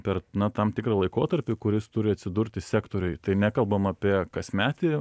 per tam tikrą laikotarpį kuris turi atsidurti sektoriuj tai nekalbam apie kasmetį